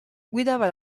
guidava